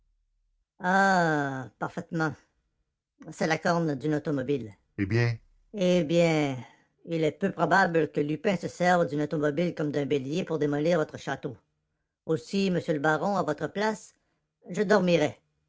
parfaitement c'est la corne d'une automobile eh bien eh bien il est peu probable que lupin se serve d'une automobile comme d'un bélier pour démolir votre château aussi monsieur le baron à votre place je dormirais